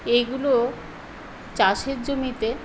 এগুলো চাষের জমিতে